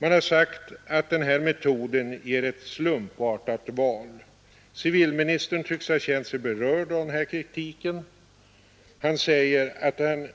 Man har sagt att den här metoden ger ett slumpartat val. Civilministern tycks sig ha känt sig berörd av den kritiken. Han säger att han